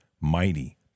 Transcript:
mighty